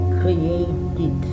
created